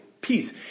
peace